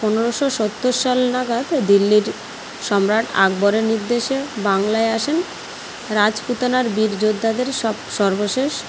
পনেরোশো সত্তর সাল নাগাদ দিল্লির সম্রাট আকবরের নির্দেশে বাংলায় আসেন রাজপুতানার বীর যোদ্ধাদের সর্বশেষ